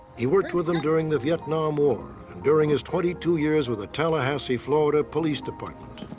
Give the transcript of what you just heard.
he worked with them during the vietnam war and during his twenty two years with the tallahassee, florida police department.